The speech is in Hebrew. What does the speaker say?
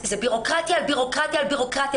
זו ביורוקרטיה על ביורוקרטיה על ביורוקרטיה,